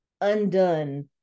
undone